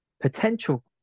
potential